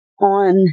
on